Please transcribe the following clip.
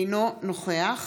אינו נוכח